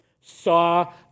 saw